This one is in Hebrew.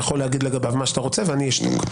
יכול להגיד לגביו מה שתרצה ואני אשתוק.